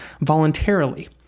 voluntarily